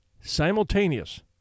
simultaneous